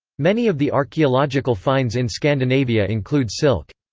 many of the archaeological finds in scandinavia include silk.